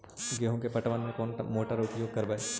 गेंहू के पटवन में कौन मोटर उपयोग करवय?